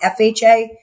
FHA